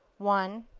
one.